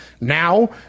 now